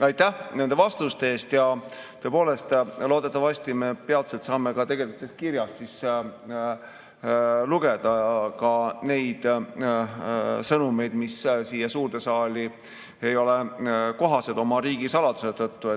aitäh nende vastuste eest! Tõepoolest, loodetavasti me peatselt saame ka sellest kirjast lugeda neid sõnumeid, mis siia suurde saali ei ole kohased oma riigisaladuse tõttu.